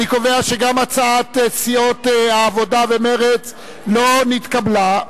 אני קובע שגם הצעת סיעות העבודה ומרצ לא נתקבלה.